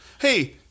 Hey